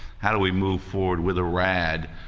how do we move forward with a rad,